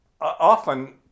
Often